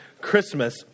Christmas